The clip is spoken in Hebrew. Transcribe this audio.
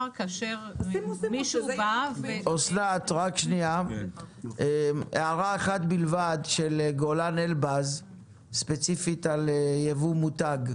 כאשר מישהו בא ו --- הערה אחת של גולן אלבז ספציפית על יבוא מותג.